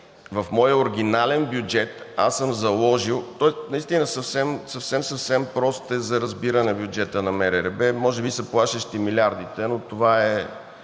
в моя оригинален бюджет аз съм заложил. Той наистина е съвсем прост за разбиране – бюджетът на МРРБ. Може би са плашещи милиардите, но това е